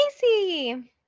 Casey